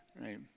Right